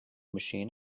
machine